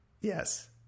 Yes